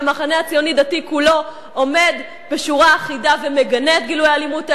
המחנה הציוני-דתי כולו עומד בשורה אחידה ומגנה את גילויי האלימות האלה.